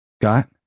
got